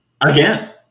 Again